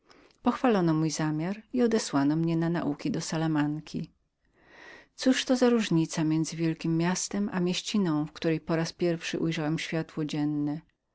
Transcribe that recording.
pochwalono mój zamiar i odesłano mnie na nauki do salamanki cóż to za różnica między wielkiem miastem a mieściną w której po raz pierwszy ujrzałem światło dzienne